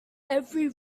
every